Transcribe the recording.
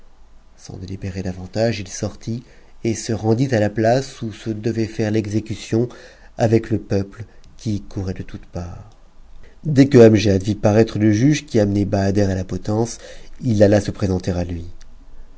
sans délibérer davantage il sortit et se rendit à la place où se devait faire l'exécution avec le peuple qui y courait de toutes parts dès que amgiad vit paraître le juge qui amenait bahader à la potence il alla se présenter à lui